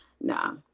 nah